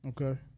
Okay